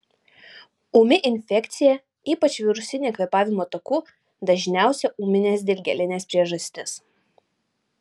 ūmi infekcija ypač virusinė kvėpavimo takų dažniausia ūminės dilgėlinės priežastis